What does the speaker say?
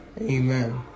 Amen